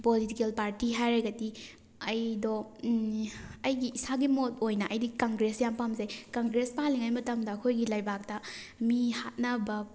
political party ꯍꯥꯏꯔꯒꯗꯤ ꯑꯩꯗꯣ ꯑꯩꯒꯤ ꯏꯁꯥꯒꯤ ꯃꯣꯠ ꯑꯣꯏꯅ ꯑꯩꯒꯤ ꯀꯪꯒ꯭ꯔꯦꯁ ꯌꯥꯝ ꯄꯥꯝꯖꯩ ꯀꯪꯒ꯭ꯔꯦꯁꯅ ꯄꯥꯜꯂꯤꯉꯩ ꯃꯇꯝꯗ ꯑꯩꯈꯣꯏꯒꯤ ꯂꯩꯕꯥꯛꯇ ꯃꯤ ꯍꯥꯠꯅꯕ